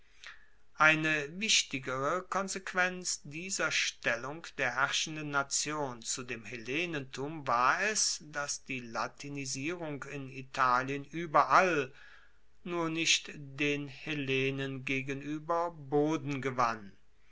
eine wichtigere konsequenz dieser stellung der herrschenden nation zu dem hellenentum war es dass die latinisierung in italien ueberall nur nicht den hellenen gegenueber boden gewann